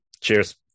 cheers